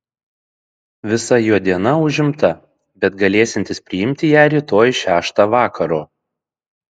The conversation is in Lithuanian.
visa jo diena užimta bet galėsiantis priimti ją rytoj šeštą vakaro